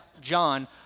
John